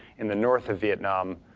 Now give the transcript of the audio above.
in the north of vietnam